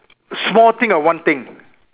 small thing or one thing